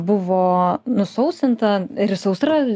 buvo nusausinta ir sausra